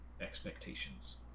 expectations